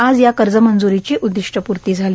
आज या कर्जमंजुरीची उद्दीष्ट्यपूर्ती झाली